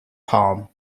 palm